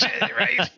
right